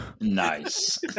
Nice